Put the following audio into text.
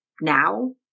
now